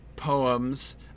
poems